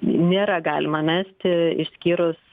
nėra galima mesti išskyrus